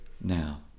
now